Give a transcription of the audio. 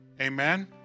Amen